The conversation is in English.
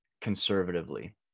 conservatively